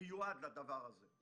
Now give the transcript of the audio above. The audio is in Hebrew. מיועד לדבר הזה;